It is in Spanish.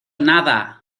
nada